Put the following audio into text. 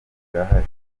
birahari